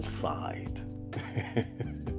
side